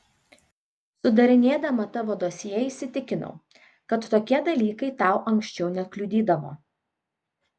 sudarinėdama tavo dosjė įsitikinau kad tokie dalykai tau anksčiau nekliudydavo